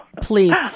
please